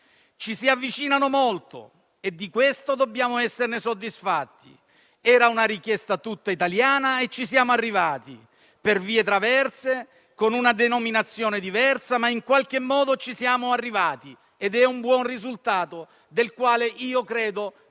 ci si avvicinano molto e di questo dobbiamo esserne soddisfatti. Era una richiesta tutta italiana e ci siamo arrivati, per vie traverse, con una denominazione diversa, ma in qualche modo ci siamo arrivati. È un buon risultato del quale credo